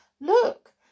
look